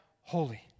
holy